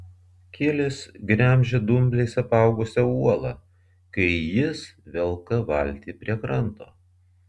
kilis gremžia dumbliais apaugusią uolą kai jis velka valtį prie kranto